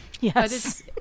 Yes